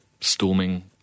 storming